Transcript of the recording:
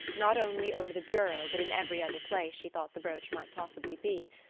not only over the bureau but in every other place she thought the brooch might possibly be.